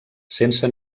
sense